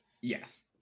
Yes